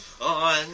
on